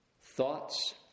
thoughts